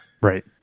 right